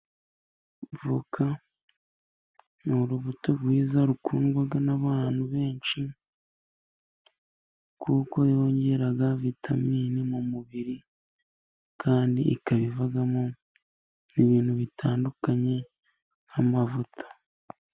Voka ni urubuto rwiza rukundwa n'abantu benshi kuko yongera vitamine mu mubiri, kandi ikaba ivamo n'ibintu bitandukanye nk'amavuta.